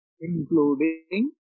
Including